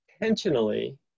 Intentionally